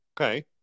Okay